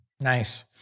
nice